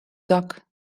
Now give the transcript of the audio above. dak